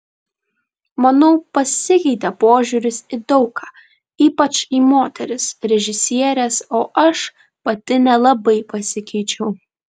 manau pasikeitė požiūris į daug ką ypač į moteris režisieres o aš pati nelabai pasikeičiau